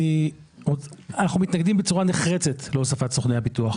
אנחנו מתנגדים בצורה נחרצת להוספת סוכני הביטוח.